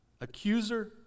Accuser